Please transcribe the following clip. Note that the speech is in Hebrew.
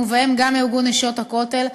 ובהם גם ארגון "נשות הכותל",